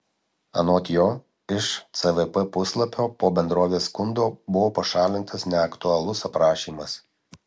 anot jo iš cvp puslapio po bendrovės skundo buvo pašalintas neaktualus aprašymas